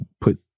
put